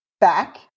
back